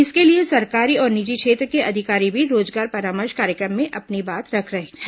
इसके लिए सरकारी और निजी क्षेत्र के अधिकारी भी रोजगार परामर्श कार्यक्रम में अपनी बात रख रहे हैं